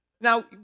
Now